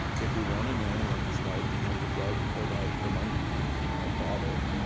if you want to know what it's like to have the rug pulled out from under you, don't bother.